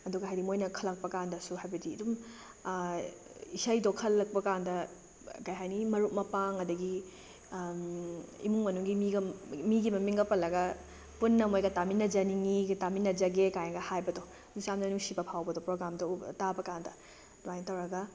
ꯑꯗꯨꯒ ꯍꯥꯏꯗꯤ ꯃꯣꯏꯅ ꯈꯜꯂꯛꯄ ꯀꯥꯟꯗꯁꯨ ꯍꯥꯏꯕꯗꯤ ꯑꯗꯨꯝ ꯏꯁꯩꯗꯣ ꯈꯜꯂꯛꯄ ꯀꯥꯟꯗ ꯀꯩ ꯍꯥꯏꯅꯤ ꯃꯔꯨꯞ ꯃꯄꯥꯡ ꯑꯗꯩꯒꯤ ꯏꯃꯨꯡ ꯃꯅꯨꯡꯒꯤ ꯃꯤꯒ ꯃꯤꯒꯤ ꯃꯃꯤꯡꯒ ꯄꯜꯂꯒ ꯄꯨꯟꯅ ꯃꯣꯏꯒ ꯇꯃꯤꯟꯅꯖꯥꯅꯤꯡꯏꯒ ꯇꯃꯤꯟꯅꯖꯒꯦ ꯀꯥꯏꯅꯒ ꯍꯥꯏꯕꯗꯣ ꯌꯥꯝꯅ ꯅꯨꯡꯁꯤꯕ ꯐꯥꯎꯕꯗꯣ ꯄ꯭ꯔꯣꯒ꯭ꯔꯥꯝꯗꯣ ꯇꯥꯕ ꯀꯥꯟꯗ ꯑꯗꯨꯃꯥꯏꯅ ꯇꯧꯔꯒ